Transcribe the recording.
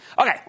Okay